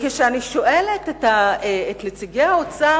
כשאני שואלת את אנשי האוצר,